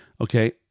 Okay